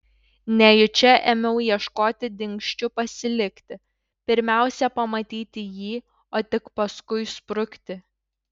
nejučia ėmiau ieškoti dingsčių pasilikti pirmiausia pamatyti jį o tik paskui sprukti